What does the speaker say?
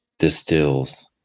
Distills